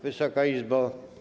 Wysoka Izbo!